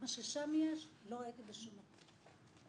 מה ששם יש לא ראיתי בשום מקום.